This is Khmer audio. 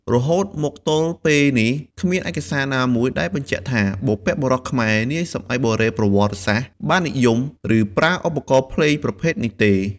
រហូតមកទល់ពេលនេះ គ្មានឯកសារណាមួយដែលបញ្ជាក់ថា បុព្វបុរសខ្មែរនាសម័យបុរេប្រវត្តិសាស្ត្របាននិយម ឬប្រើឧបករណ៍ភ្លេងប្រភេទនេះទេ។